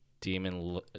demon